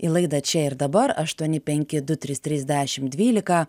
į laidą čia ir dabar aštuoni penki du trys trys dešim dvylika